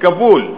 כפול.